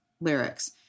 lyrics